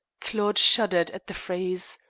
claude shuddered at the phrase.